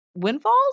windfalls